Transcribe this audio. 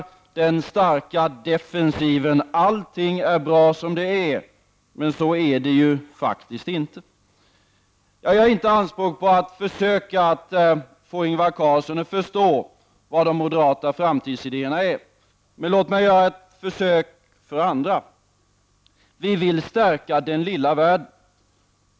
Det var den stora defensiven — allting är bra som det är. Men så är det ju faktiskt inte. Jag gör inte anspråk på att försöka få Ingvar Carlsson att förstå vad de moderata framtids idéerna är. Men låt mig göra ett försök för andra. Vi vill stärka den lilla världen.